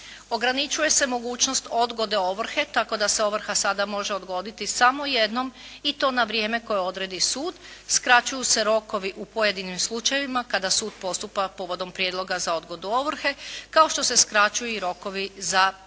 ograničuje se mogućnost odgode ovrhe, tako da se ovrha sada može odgoditi samo jednom i to na vrijeme koje odredi sud, skraćuju se rokovi u pojedinim slučajevima kada sud postupa povodom prijedloga za odgodu ovrhe, kao što se i skraćuju i rokovi za prodaju